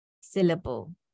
syllable